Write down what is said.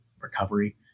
recovery